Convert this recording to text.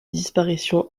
disparition